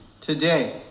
today